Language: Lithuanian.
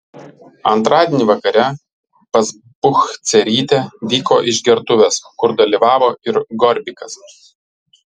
antradienį vakare pas buchcerytę vyko išgertuvės kur dalyvavo ir gorbikas